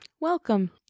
Welcome